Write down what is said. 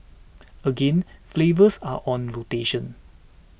again flavours are on rotation